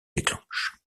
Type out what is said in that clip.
déclenche